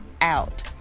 out